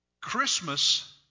Christmas